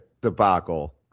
debacle